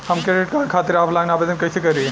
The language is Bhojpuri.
हम क्रेडिट कार्ड खातिर ऑफलाइन आवेदन कइसे करि?